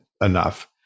enough